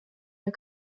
der